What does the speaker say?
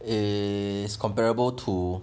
is comparable to